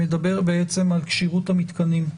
שמדבר על כשירות המתקנים,